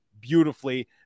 beautifully